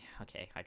Okay